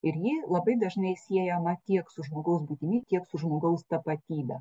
ir ji labai dažnai siejama tiek su žmogaus būtimi tiek su žmogaus tapatybe